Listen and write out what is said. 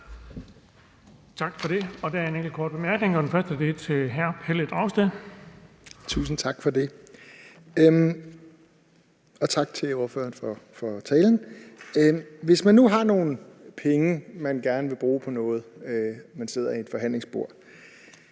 Hvis man nu har nogle penge, man gerne vil bruge på noget, og man sidder ved et forhandlingsbord,